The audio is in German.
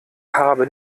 habe